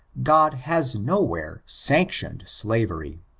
god has no where sanctioned slavery.